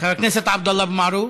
חבר הכנסת עבדאללה אבו מערוף.